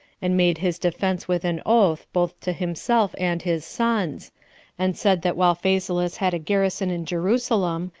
and made his defense with an oath, both to himself and his sons and said that while phasaelus had a garrison in jerusalem,